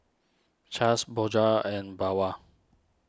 Chaps Bonjour and Bawang